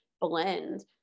blend